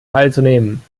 teilzunehmen